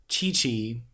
Chi-Chi